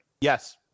Yes